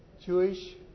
Jewish